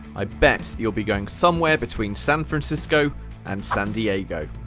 i bet you'll be going somewhere between san francisco and san diego.